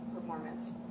performance